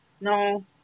No